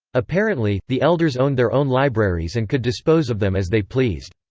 apparently, the elders owned their own libraries and could dispose of them as they pleased.